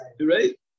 right